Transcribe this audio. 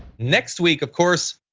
next week, of course,